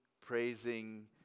praising